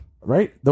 Right